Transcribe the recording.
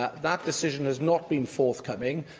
that decision has not been forthcoming.